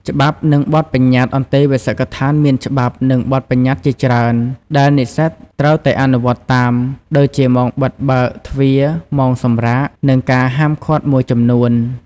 ច្បាប់ និងបទប្បញ្ញត្តិ អន្តេវាសិកដ្ឋានមានច្បាប់ និងបទប្បញ្ញត្តិជាច្រើនដែលនិស្សិតត្រូវតែអនុវត្តតាម ដូចជាម៉ោងបិទបើកទ្វារ ម៉ោងសម្រាក និងការហាមឃាត់មួយចំនួន។